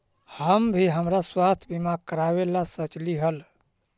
हम भी हमरा स्वास्थ्य बीमा करावे ला सोचली हल